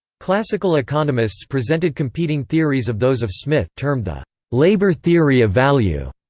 classical economists presented competing theories of those of smith, termed the labour theory of value.